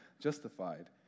justified